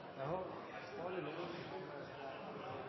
jeg har blitt som jeg